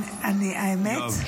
האמת --- יואב,